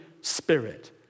Spirit